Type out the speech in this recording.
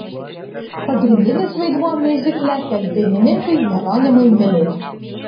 pagrindinis vaidmuo miuzikle teks dainininkui jeronimui miliui